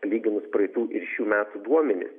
palyginus praeitų ir šių metų duomenis